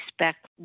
respect